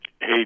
Hey